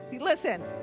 Listen